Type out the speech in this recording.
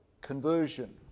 conversion